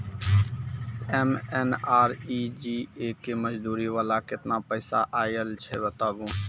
MNREGA के मज़दूरी वाला केतना पैसा आयल छै बताबू?